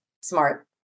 smart